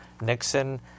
Nixon